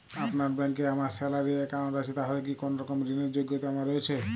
আপনার ব্যাংকে আমার স্যালারি অ্যাকাউন্ট আছে তাহলে কি কোনরকম ঋণ র যোগ্যতা আমার রয়েছে?